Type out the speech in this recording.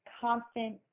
constant